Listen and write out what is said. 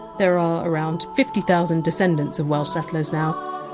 there are around fifty thousand descendants of welsh settlers now,